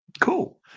cool